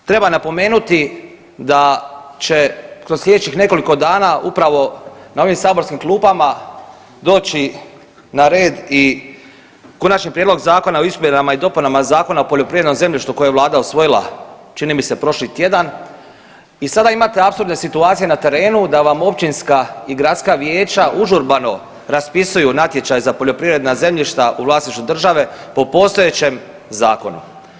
treba napomenuti da će kroz slijedećih nekoliko dana upravo na ovim saborskim klupama doći na red i Konačni prijedlog zakona o izmjenama i dopunama Zakona o poljoprivrednom zemljištu koje je vlada usvojila čini mi se prošli tjedan i sada imate apsurdne situacije na terenu da vam općinska i gradska vijeća užurbano raspisuju natječaj za poljoprivredna zemljišta u vlasništvu države po postojećem zakonu.